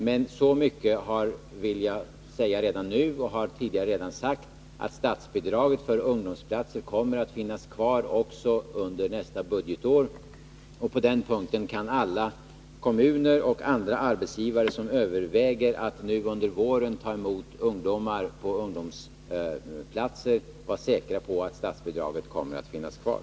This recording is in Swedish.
Men så mycket vill jag säga redan nu — och har tidigare sagt det — att statsbidragen för ungdomsplatser kommer att finnas kvar också under nästa budgetår. På den punkten kan alla kommuner och andra arbetsgivare, som överväger att under våren ta emot ungdomar på ungdomsplatser vara säkra. Statsbidraget kommer att finnas kvar.